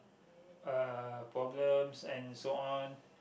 uh problems and so on